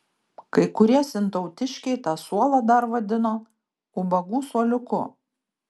kai kurie sintautiškiai tą suolą dar vadino ubagų suoliuku